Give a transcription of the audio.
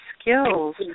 skills